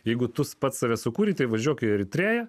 jeigu tu pats save sukūrei tai važiuok eritrėja